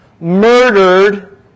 murdered